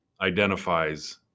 identifies